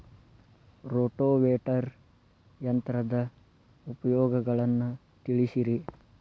rotavator ಯಂತ್ರದ ಉಪಯೋಗಗಳನ್ನ ತಿಳಿಸಿರಿ